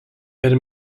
per